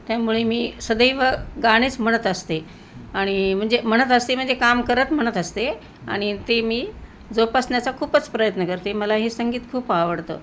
त्यामुळे मी सदैव गाणेच म्हणत असते आणि म्हणजे म्हणत असते म्हणजे काम करत म्हणत असते आणि ते मी जोपासण्याचा खूपच प्रयत्न करते मला हे संगीत खूप आवडतं